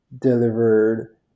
delivered